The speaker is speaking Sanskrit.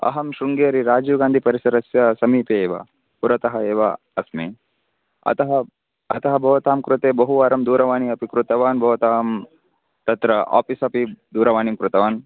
अहं शृङ्गेरि राजीव् गान्धि परिसरस्य समीपे एव पुरतः एव अस्मि अतः अतः भवतां कृते बहुवारं दूरवाणी अपि कृतवान् भवतां तत्र आपीस् अपि दूरवाणीं कृतवान्